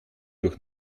durch